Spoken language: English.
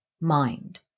mind